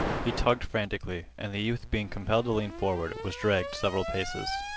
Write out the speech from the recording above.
he tugged frantically, and the youth being compelled to lean forward was dragged several paces.